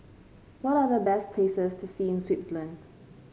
what are the best places to see in Switzerland